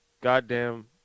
Goddamn